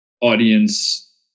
audience